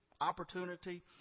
opportunity